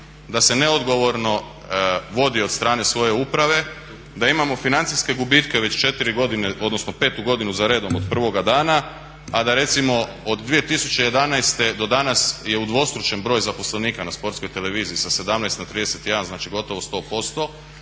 da se neodgovorno vodi od strane svoje uprave, da imamo financijske gubitke već 4 godine, odnosno petu godinu zaredom od prvoga dana, a da recimo od 2011. do danas je udvostručen broj zaposlenika na Sportskoj televiziji sa 17 na 31, znači gotovo 100%,